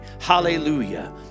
Hallelujah